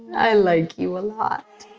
i like you a lot